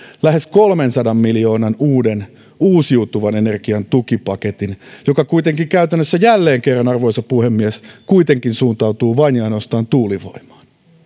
lähes kolmensadan miljoonan uuden uusiutuvan energian tukipaketin joka kuitenkin käytännössä jälleen kerran arvoisa puhemies suuntautuu vain ja ainoastaan tuulivoimaan